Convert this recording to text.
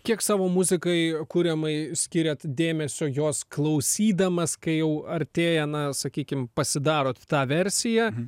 kiek savo muzikai kuriamai skiriat dėmesio jos klausydamas kai jau artėja na sakykim pasidarot tą versiją